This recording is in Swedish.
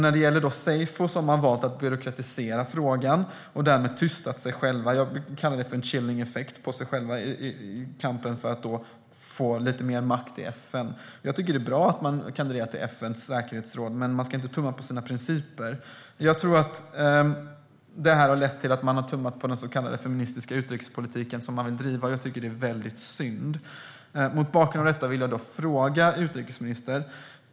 När det gäller seyfo har man valt att byråkratisera frågan och därmed tystat sig själva - jag brukar kalla det en chilling effect - i kampen för att få lite mer makt i FN. Jag tycker att det är bra att man kandiderar till FN:s säkerhetsråd, men man ska inte tumma på sina principer. Jag tror att detta har lett till att man har tummat på den så kallade feministiska utrikespolitik man vill bedriva, och jag tycker att det är väldigt synd. Mot bakgrund av detta vill jag ställa några frågor till utrikesministern.